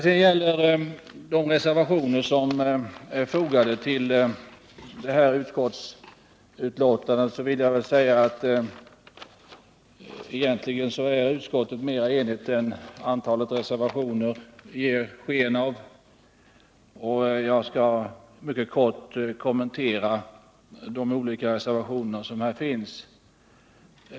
Om de reservationer som är fogade till det här betänkandet kan sägas att utskottet är mera enigt än vad antalet reservationer ger sken av. Jag skall mycket kortfattat kommentera de olika reservationerna.